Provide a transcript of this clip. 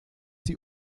sie